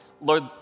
Lord